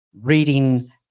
reading